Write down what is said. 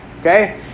Okay